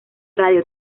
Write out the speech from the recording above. radio